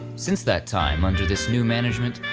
since that time, under this new management,